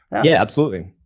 yeah, absolutely.